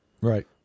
right